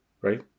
right